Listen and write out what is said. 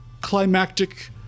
climactic